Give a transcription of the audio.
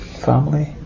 family